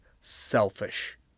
selfish